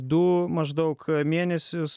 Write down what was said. du maždaug mėnesius